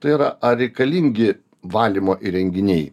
tai yra ar reikalingi valymo įrenginiai